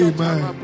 Amen